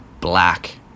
Black